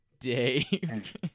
Dave